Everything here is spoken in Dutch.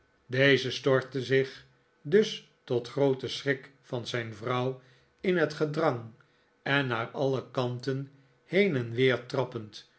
deze stortte zich dus tot grooten schrik van zijn vrouw in het gedrang en naar alle kanten heen nikolaas nickleby en weer trappelend